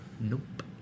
Nope